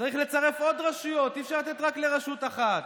צריך לצרף עוד רשויות, אי-אפשר לתת רק לרשות אחת.